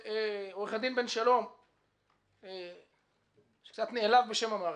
ועורך הדין בן שלום שקצת נעלב בשם המערכת: